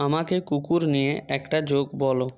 আমাকে কুকুর নিয়ে একটা জোক বলো